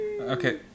okay